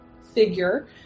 figure